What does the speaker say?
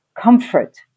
comfort